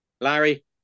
Larry